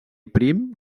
prim